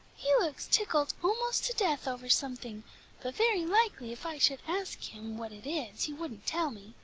he looks tickled almost to death over something, but very likely if i should ask him what it is he wouldn't tell me,